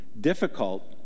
difficult